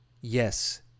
Yes